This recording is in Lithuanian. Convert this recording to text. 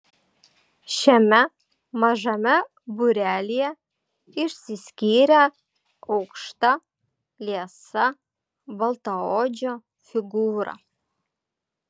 šiame mažame būrelyje išsiskyrė aukšta liesa baltaodžio figūra